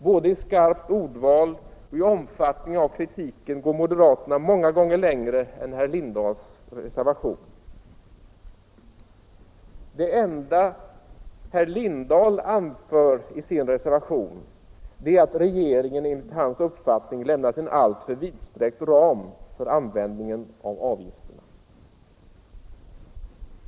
Både i skarpt ordval och i omfattning av kritiken går moderaterna många gånger längre än herr Lindahl i sin reservation. Det enda herr Lindahl anför i sin reservation är att regeringen enligt hans uppfattning lämnat en alltför vidsträckt ram för användningen av avgifterna.